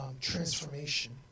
transformation